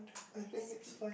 I think it's fine